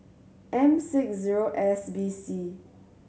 M six O S B C